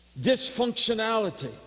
dysfunctionality